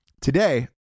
Today